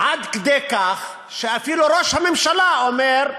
עד כדי כך שאפילו ראש הממשלה אומר: